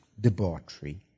debauchery